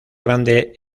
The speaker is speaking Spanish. grande